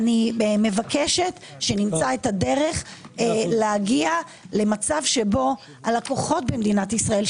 אני מבקשת שנמצא את הדרך להגיע למצב שבו הלקוחות במדינת ישראל,